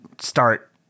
start